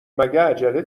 عجله